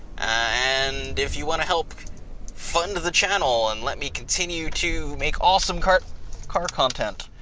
and if you wanna help fund the channel and let me continue to make awesome car car content,